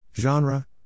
Genre